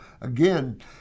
again